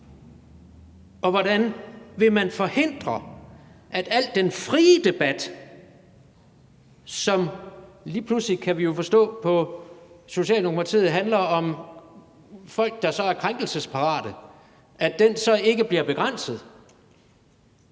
Og hvordan vil man forhindre, at al den frie debat, som vi jo lige pludselig kan forstå på Socialdemokratiet handler om folk, der er krænkelsesparate, ikke bliver begrænset?